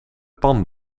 pan